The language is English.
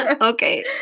Okay